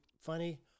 funny